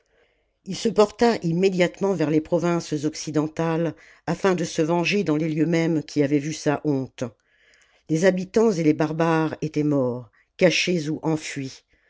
ii se porta immédiatement vers les provinces occidentales afin de se venger dans les lieux mêmes qui avaient vu sa honte les habitants et les barbares étaient morts cachés ou enfuis